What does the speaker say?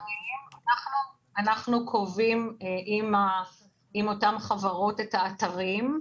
אנחנו קובעים עם אותן חברות את האתרים,